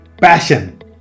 Passion